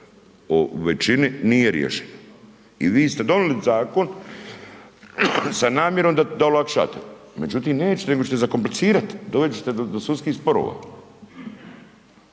o većinom nije rješiv. I vi ste donijeli zakon, sa namjerom da olakšate, međutim, nećete, nego ćete zakomplicirati, dovesti ćete do sudskih sporova.